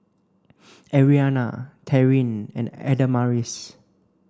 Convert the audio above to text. Arianna Taryn and Adamaris